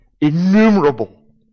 innumerable